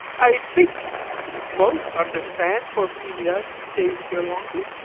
i think most understand bohemia stays here longer.